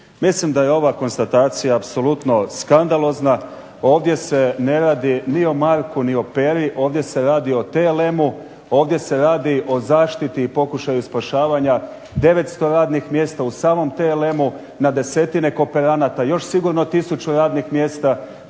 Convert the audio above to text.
Mislim da je ova konstatacija apsolutno skandalozna. Ovdje se ne radi ni o Marku ni o Peru, ovdje se radi o TLM-u, ovdje se radi o zaštiti i pokušaju spašavanja 900 radnih mjesta u samom TLM-u na desetine kooperanata, još sigurno tisuću radnih mjesta,